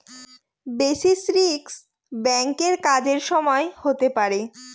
basis risk ব্যাঙ্কের কাজের সময় হতে পারে